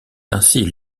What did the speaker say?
ainsi